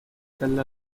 della